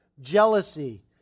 jealousy